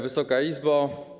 Wysoka Izbo!